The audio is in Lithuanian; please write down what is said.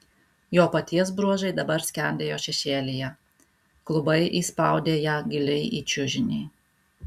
jo paties bruožai dabar skendėjo šešėlyje klubai įspaudė ją giliai į čiužinį